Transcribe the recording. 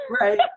Right